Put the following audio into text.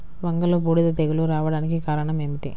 వంగలో బూడిద తెగులు రావడానికి కారణం ఏమిటి?